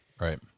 right